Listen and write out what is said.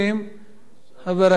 חבר הכנסת נסים זאב.